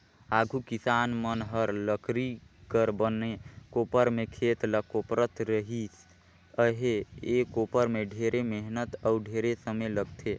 आघु किसान मन हर लकरी कर बने कोपर में खेत ल कोपरत रिहिस अहे, ए कोपर में ढेरे मेहनत अउ ढेरे समे लगथे